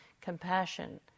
compassion